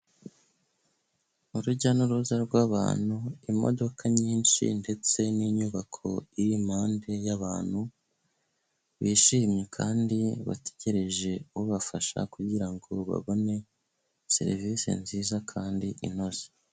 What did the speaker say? Urujya n'uruza rw'abantu, imodoka nyinshi ndetse n'inyubako iri impande y'abantu, bishimye kandi bategereje ubafasha kugira ngo babone serivisi nziza kandi inoze.